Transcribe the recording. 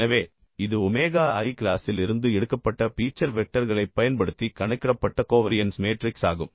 எனவே இது omega i கிளாசிலிருந்து எடுக்கப்பட்ட பீச்சர் வெக்டர்களைப் பயன்படுத்தி கணக்கிடப்பட்ட கோவரியன்ஸ் மேட்ரிக்ஸ் ஆகும்